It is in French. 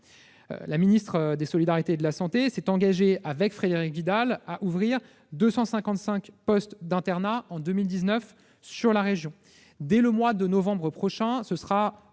La ministre des solidarités et de la santé s'est engagée avec Frédérique Vidal à ouvrir 255 postes d'internat en 2019 dans la région. Dès le mois de novembre prochain, ce seront